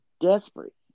desperate